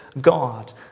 God